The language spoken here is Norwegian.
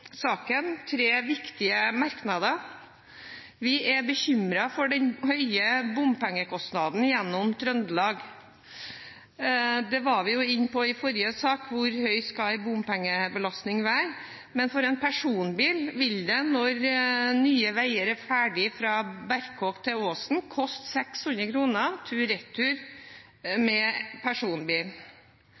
saken. Vi er bekymret for den høye bompengekostnaden gjennom Trøndelag. Det var vi inne på i forrige sak, hvor høy en bompengebelastning skal være. For en personbil vil det, når Nye Veier er ferdig, fra Berkåk til Åsen koste 600 kr tur–retur. Vi mener at det nå er på tide å utrede alternative løsninger til